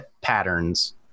patterns